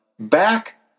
back